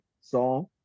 song